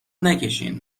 نکشین